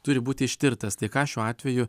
turi būti ištirtas tai ką šiuo atveju